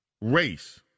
race